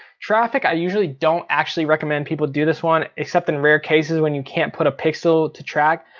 traffic, i usually don't actually recommend people do this one, except in rare cases when you can't put a pixel to track.